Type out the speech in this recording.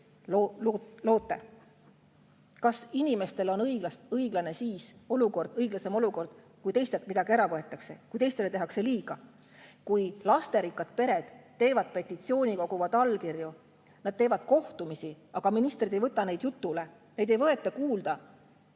Kas inimestel on siis õiglasem olukord, kui teistelt midagi ära võetakse, kui teistele tehakse liiga, kui lasterikkad pered teevad petitsiooni, koguvad allkirju, teevad kohtumisi, aga ministrid ei võta neid jutule, neid ei võeta kuulda?